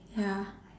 ya